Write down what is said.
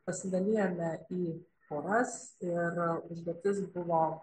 pasidalijome į poras ir užduotis buvo